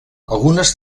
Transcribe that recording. algunes